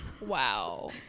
Wow